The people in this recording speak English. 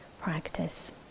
practice